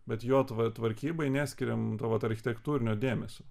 bet jo tvar tvarkybai neskiriam to vat architektūrinio dėmesio